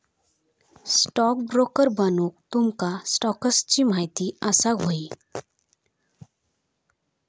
stockbroker बनूक तुमका स्टॉक्सची महिती असाक व्हयी